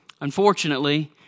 Unfortunately